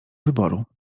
wyboru